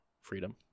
Freedom